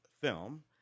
film